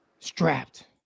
strapped